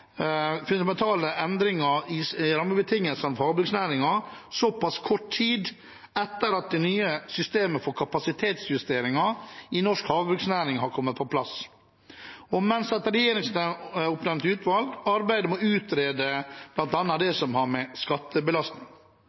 fundamentale endringer i rammebetingelsene for havbruksnæringen såpass kort tid etter at det nye systemet for kapasitetsjusteringer i norsk havbruksnæring har kommet på plass, og mens et regjeringsoppnevnt utvalg arbeider med å utrede bl.a. det som har med